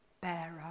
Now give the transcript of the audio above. Bearer